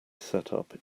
setup